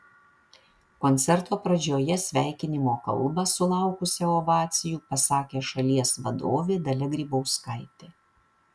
koncerto pradžioje sveikinimo kalbą sulaukusią ovacijų pasakė šalies vadovė dalia grybauskaitė